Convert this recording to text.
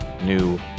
new